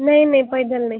नाही नाही पैदल नाही